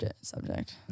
subject